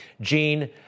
Gene